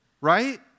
Right